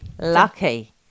Lucky